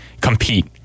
compete